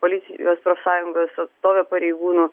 policijos profsąjungos atstovė pareigūnų